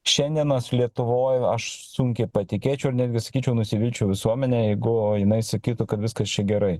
šiandienos lietuvoj aš sunkiai patikėčiau ir netgi sakyčiau nusivilčiau visuomene jeigu jinai sakytų kad viskas čia gerai